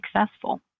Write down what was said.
successful